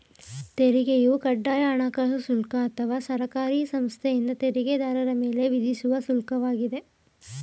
ತೆರಿಗೆಯು ಕಡ್ಡಾಯ ಹಣಕಾಸು ಶುಲ್ಕ ಅಥವಾ ಸರ್ಕಾರಿ ಸಂಸ್ಥೆಯಿಂದ ತೆರಿಗೆದಾರರ ಮೇಲೆ ವಿಧಿಸುವ ಶುಲ್ಕ ವಾಗಿದೆ